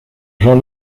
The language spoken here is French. jean